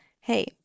Hey